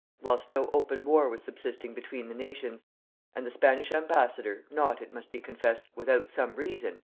whilst no open war was subsisting between the nations and the spanish ambassador, not, it must be confessed, without some reason,